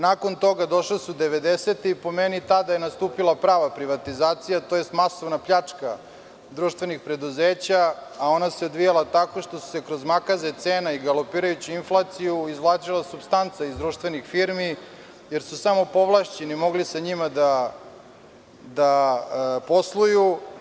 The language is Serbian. Nakon toga došle su devedesete i po meni je tada nastupila prava privatizacija, tj. masovna pljačka društvenih preduzeća, a ona se odvijala tako što se kroz makaze cena i galopirajuću inflaciju izvlačila supstanca iz društvenih firmi, jer su samo povlašćeni mogli sa njima da posluju.